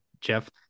Jeff